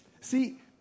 See